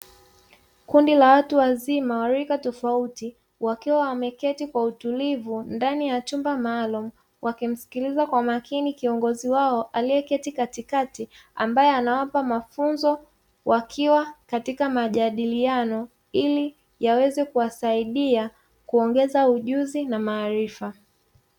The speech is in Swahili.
Kundi la watu wazima wa rika tofauti wakiwa wameketi kwa utulivu ndani ya chumba maalumu wakimsikiliza kwa makini kiongozi wao aliyeketi katikati ambaye anawapa mafunzo wakiwa katika majadiliano ili yaweze kuwasaidia waongeze ujuzi na maarifa.